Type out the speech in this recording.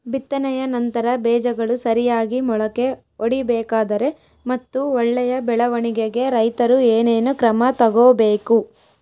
ಬಿತ್ತನೆಯ ನಂತರ ಬೇಜಗಳು ಸರಿಯಾಗಿ ಮೊಳಕೆ ಒಡಿಬೇಕಾದರೆ ಮತ್ತು ಒಳ್ಳೆಯ ಬೆಳವಣಿಗೆಗೆ ರೈತರು ಏನೇನು ಕ್ರಮ ತಗೋಬೇಕು?